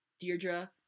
Deirdre